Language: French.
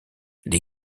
les